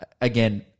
Again